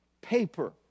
paper